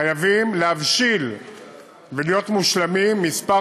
חייבים להבשיל ולהיות מושלמים כמה